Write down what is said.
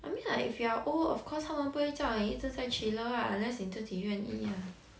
I mean like if you are old of course 他们不会叫你一直在 chiller ah unless 你自己愿意 ah